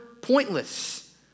pointless